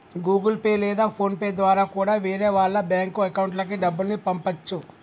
Google Pay లేదా PhonePe ద్వారా కూడా వేరే వాళ్ళ బ్యేంకు అకౌంట్లకి డబ్బుల్ని పంపచ్చు